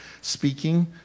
speaking